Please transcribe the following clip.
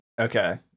Okay